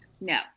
No